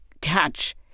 catch